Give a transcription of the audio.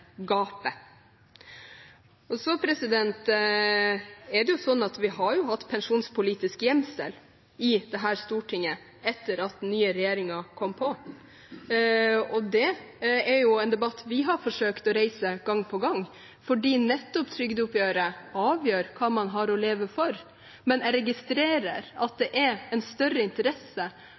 gapet. Så er det sånn at vi har hatt pensjonspolitisk gjemsel i dette stortinget etter at den nye regjeringen kom. Det er en debatt vi har forsøkt å reise gang på gang, nettopp fordi trygdeoppgjøret avgjør hva man har å leve av. Men jeg registrerer at det er større interesse